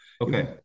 Okay